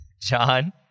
John